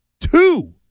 two